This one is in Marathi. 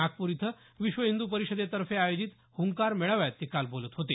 नागपूर इथं विश्व हिंद्र परिषदेतर्फे आयोजित हुंकार मेळाव्यात ते काल बोलत होते